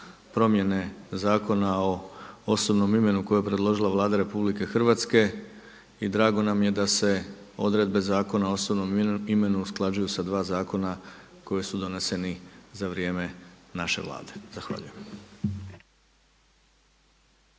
promjene Zakona o osobnom imenu koje je predložila Vlada RH i drago nam je da se odredbe Zakona o osobnom imenu usklađuju sa dva zakona koji su doneseni za vrijeme naše Vlade. Zahvaljujem.